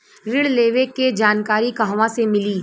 ऋण लेवे के जानकारी कहवा से मिली?